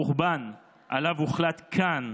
חורבן שעליו הוחלט כאן,